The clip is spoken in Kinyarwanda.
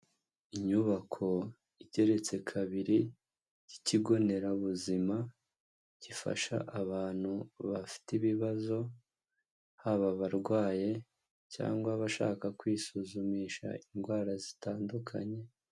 Inyubako igeretse kabiri y'ikigo nderabuzima, gifasha abantu bafite ibibazo, haba abarwaye cyangwa abashaka kwisuzumisha indwara zitandukanye.